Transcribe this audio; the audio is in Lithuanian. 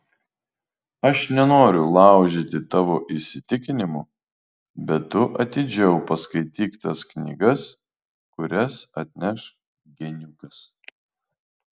aš nenoriu laužyti tavo įsitikinimų bet tu atidžiau paskaityk tas knygas kurias atneš geniukas